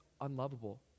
unlovable